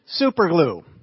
Superglue